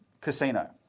casino